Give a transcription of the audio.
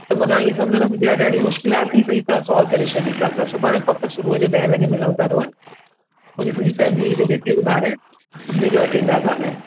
त मना ईअं सम्झो न मुंहिंजे लाइ ॾाढी मुश्किलात थी पई तव्हां साल्व करे छॾी त असां सुभाणे पक सुबुह जो ॾहें लॻे मिलूं था रोहण मुंहिंजी सॼी फेमिली जा जेके बि ॿार आहिनि सभिनी खे वठी ईंदासीं हा न